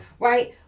right